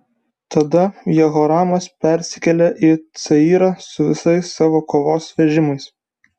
tada jehoramas persikėlė į cayrą su visais savo kovos vežimais